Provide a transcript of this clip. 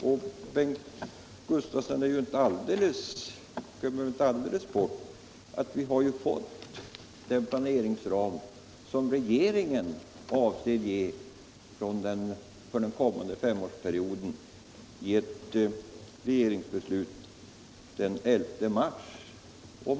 Bengt Gustavsson kan inte alldeles ha glömt bort att regeringen genom ett beslut av den 11 mars detta år givit sitt förslag till en planeringsram för den kommande femårsperioden.